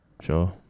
Sure